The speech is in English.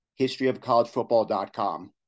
historyofcollegefootball.com